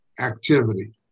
activity